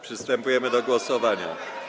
Przystępujemy do głosowania.